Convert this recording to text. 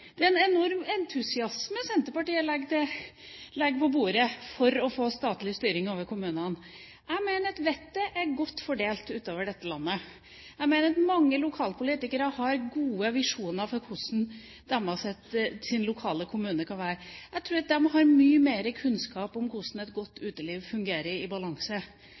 det er en enorm entusiasme partiet legger for dagen for statlig styring over kommunene. Jeg mener at vettet er godt fordelt utover dette landet. Jeg mener at mange lokalpolitikere har gode visjoner for hvordan deres lokale kommuner kan være. Jeg tror at de har mye mer kunnskap om hvordan et godt uteliv fungerer i balanse,